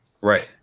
right